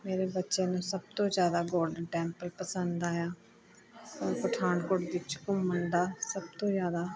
ਮੇਰੇ ਬੱਚਿਆਂ ਨੂੰ ਸਭ ਤੋਂ ਜ਼ਿਆਦਾ ਗੋਲਡਨ ਟੈਂਪਲ ਪਸੰਦ ਆਇਆ ਪਠਾਨਕੋਟ ਵਿੱਚ ਘੁੰਮਣ ਦਾ ਸਭ ਤੋਂ ਜ਼ਿਆਦਾ